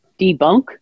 debunk